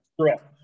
Correct